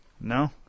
No